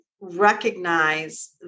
recognize